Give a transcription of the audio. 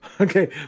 Okay